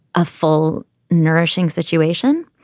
a full nourishing situation.